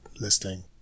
listing